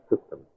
system